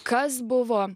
kas buvo